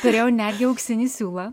turėjau netgi auksinį siūlą